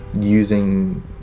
using